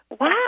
Wow